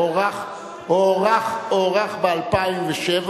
הוארך ב-2007,